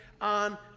on